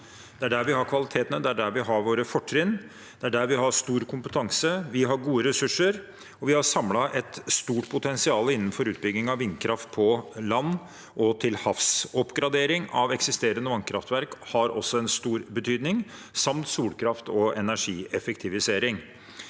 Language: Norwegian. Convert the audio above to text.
Det er der vi har kvalitetene. Det er der vi har våre fortrinn. Det er der vi har stor kompetanse. Vi har gode ressurser, og vi har samlet et stort potensial innenfor utbygging av vindkraft på land og til havs. Oppgradering av eksisterende vannkraftverk har også en stor betydning, samt solkraft og energieffektivisering.